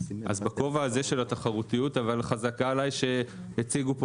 בגובה הזה של התחרותיות חזקה עליי שהציגו פה